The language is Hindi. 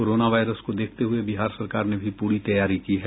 कोरोना वायरस को देखते हुये बिहार सरकार ने भी पूरी तैयारी की है